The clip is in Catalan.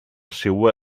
seua